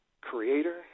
Creator